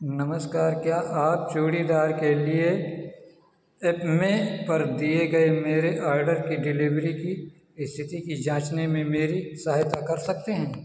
नमस्कार क्या आप चूड़ीदार के लिए एपमे पर दिए गए मेरे ऑर्डर की डिलीवरी की स्थिति की जांचने में मेरी सहायता कर सकते हैं